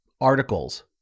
articles